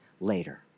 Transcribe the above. later